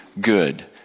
good